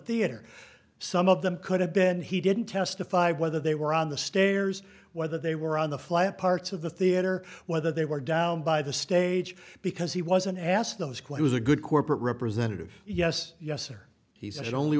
theater some of them could have been he didn't testify whether they were on the stairs whether they were on the flat parts of the theater whether they were down by the stage because he wasn't asked those clear was a good corporate representative yes yes or he said only